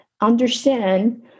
understand